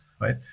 right